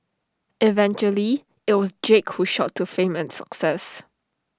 eventually IT was Jake who shot to fame and success